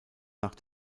nach